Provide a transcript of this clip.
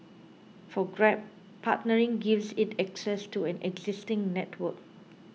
for Grab partnering gives it access to an existing network